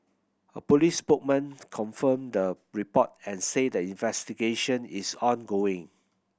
a police spokesman confirmed the report and said the investigation is ongoing